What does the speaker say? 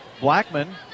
Blackman